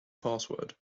password